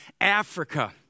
Africa